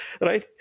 right